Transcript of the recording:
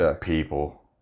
people